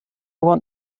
want